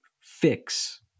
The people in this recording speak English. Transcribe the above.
fix